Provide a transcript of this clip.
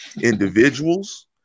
individuals